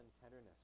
tenderness